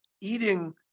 eating